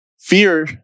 Fear